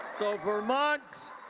so vermont,